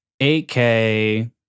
8K